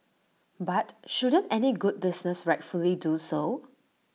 but shouldn't any good business rightfully do so